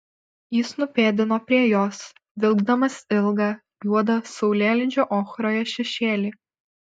jis nupėdino prie jos vilkdamas ilgą juodą saulėlydžio ochroje šešėlį